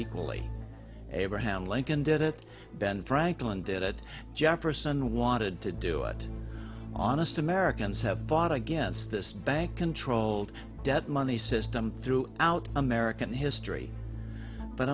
equally abraham lincoln did it ben franklin did it jefferson wanted to do it honest americans have voted against this bank controlled debt money system through out american